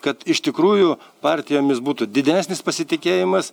kad iš tikrųjų partijomis būtų didesnis pasitikėjimas